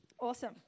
Awesome